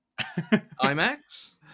IMAX